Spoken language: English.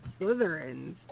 Slytherins